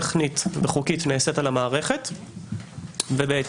טכנית וחוקית נעשית על המערכת ובהתאם,